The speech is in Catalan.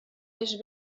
més